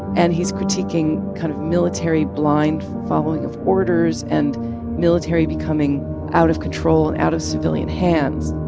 and he's critiquing kind of military blind following of orders and military becoming out of control and out of civilian hands.